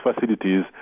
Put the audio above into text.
facilities